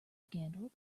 scandal